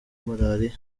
malariya